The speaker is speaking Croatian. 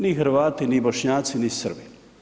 Ni Hrvati ni Bošnjaci ni Srbi.